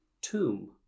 tomb